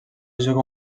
juga